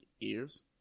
Ears